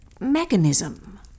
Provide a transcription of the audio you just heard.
mechanism